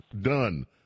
done